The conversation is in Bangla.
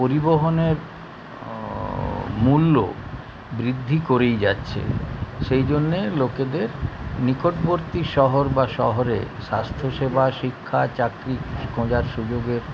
পরিবহনের মূল্য বৃদ্ধি করেই যাচ্ছে সেই জন্যে লোকেদের নিকটবর্তী শহর বা শহরে স্বাস্থ্যসেবা শিক্ষা চাকরি খোঁজার সুযোগে